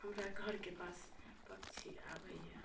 हमरा घरके पास पक्षी आबैये